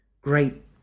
great